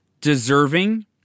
deserving